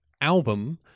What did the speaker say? album